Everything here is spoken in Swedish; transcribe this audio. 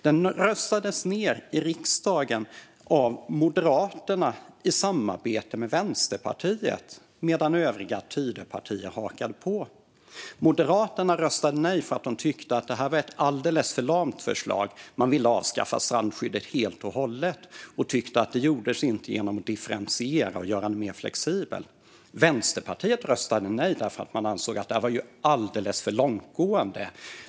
Den röstades ned i riksdagen av Moderaterna i samarbete med Vänsterpartiet, medan övriga Tidöpartier hakade på. Moderaterna röstade nej för att de tyckte att det var ett alldeles för lamt förslag. De ville avskaffa strandskyddet helt och hållet, och de tyckte att det inte gjordes genom att differentiera och göra det mer flexibelt. Vänsterpartiet röstade nej därför att man ansåg att det var alldeles för långtgående.